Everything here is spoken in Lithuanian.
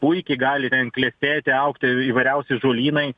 puikiai gali klestėti augti įvairiausi žolynai